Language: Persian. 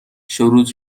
شروط